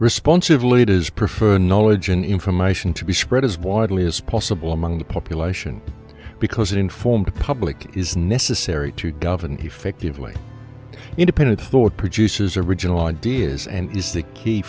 responsive leaders prefer knowledge and information to be spread as widely as possible among the population because an informed public is necessary to govern effectively independent thought produces original ideas and is the key